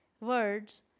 Words